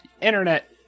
internet